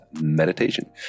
meditation